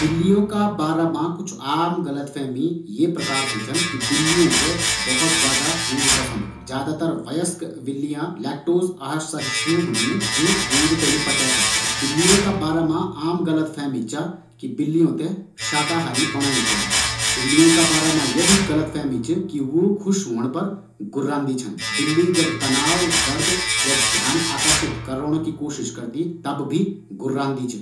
बिल्लियों का बारा मा कुछ भ्रम छन कि बिल्लियों ते दूध बहुत ज्यादा पसंद होन्दु। ज्यादातर बिल्ली लकसते असहिष्णु होदिन जु दूध ते नी पचे सकदिन बिल्लियों ते शाकाहारी होयुं चेंदु.